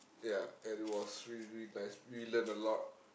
ya and it was really really nice we love a lot